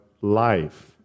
life